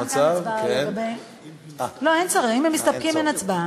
מסתפקים, אין צורך בהצבעה.